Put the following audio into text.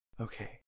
Okay